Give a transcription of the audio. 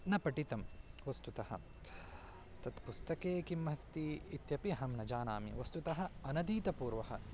न पठितं वस्तुतः तत्पुस्तके किम् अस्ति इत्यपि अहं न जानामि वस्तुतः अनधीतपूर्वः